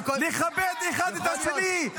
--- לכבד אחד את השני.